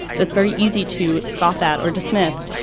that's very easy to scoff at or dismiss.